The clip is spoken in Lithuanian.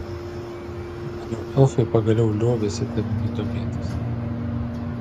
maniau elfai pagaliau liovėsi tavimi domėtis